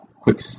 quick